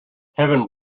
heaven